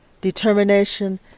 determination